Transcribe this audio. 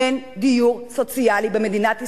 אין דיור סוציאלי במדינת ישראל,